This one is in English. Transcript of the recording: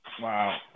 Wow